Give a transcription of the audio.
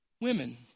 Women